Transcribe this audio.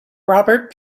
robert